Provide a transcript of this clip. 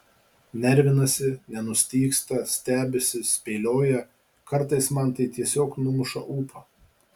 nervinasi nenustygsta stebisi spėlioja kartais man tai tiesiog numuša ūpą